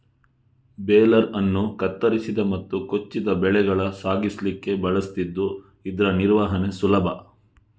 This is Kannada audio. ಬೇಲರ್ ಅನ್ನು ಕತ್ತರಿಸಿದ ಮತ್ತು ಕೊಚ್ಚಿದ ಬೆಳೆಗಳ ಸಾಗಿಸ್ಲಿಕ್ಕೆ ಬಳಸ್ತಿದ್ದು ಇದ್ರ ನಿರ್ವಹಣೆ ಸುಲಭ